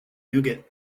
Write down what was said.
nougat